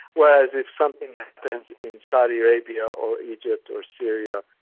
whereas if something happens in saudi arabia or egypt or syria,